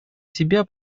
себя